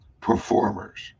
performers